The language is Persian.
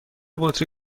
بطری